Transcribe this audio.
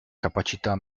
capacità